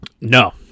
No